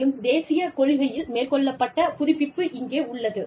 மேலும் தேசிய கொள்கையில் மேற்கொள்ளப்பட்ட புதுப்பிப்பு இங்கே உள்ளது